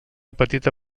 petita